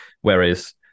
Whereas